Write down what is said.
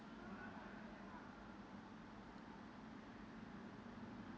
oh